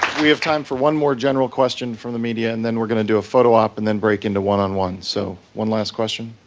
we have time for one more general question from the media and then we're going to do a photo op, and then break into one on ones. so, one last question?